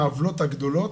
העוולות הגדולות,